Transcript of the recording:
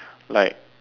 like